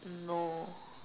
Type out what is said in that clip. no